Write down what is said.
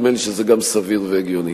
נדמה לי שזה גם סביר והגיוני.